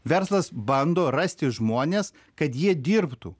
verslas bando rasti žmones kad jie dirbtų